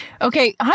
Okay